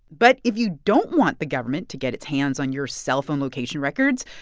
but if you don't want the government to get its hands on your cellphone location records,